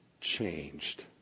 changed